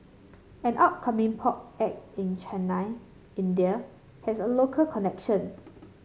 an upcoming pop act in Chennai India has a local connection